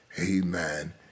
Amen